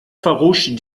farouche